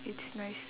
it's nice